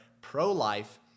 pro-life